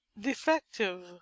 DEFECTIVE